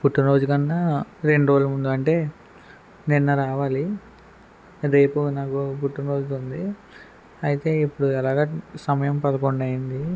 పుట్టిన రోజు కన్నా రెండురోజుల ముందు అంటే నిన్న రావాలి రేపు నాకు పుట్టినరోజు ఉంది అయితే ఇప్పుడు ఎలాగా సమయం పదకొండు అయ్యింది